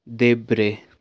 देब्रे